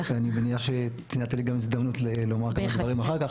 אני מניח שתינתן לי גם הזדמנות לומר כמה דברים אחר כך.